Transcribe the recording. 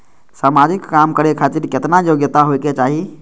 समाजिक काम करें खातिर केतना योग्यता होके चाही?